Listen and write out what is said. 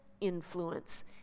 influence